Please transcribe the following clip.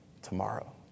tomorrow